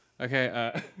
Okay